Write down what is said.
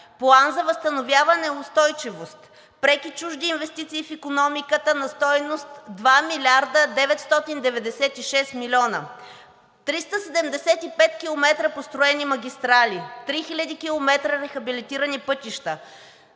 План за възстановяване и устойчивост; преки чужди инвестиции в икономиката на стойност 2 млрд. 996 млн. лв.; 375 км построени магистрали; 3000 км рехабилитирани пътища;